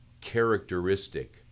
characteristic